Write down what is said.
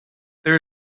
there